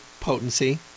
potency